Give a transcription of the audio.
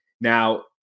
Now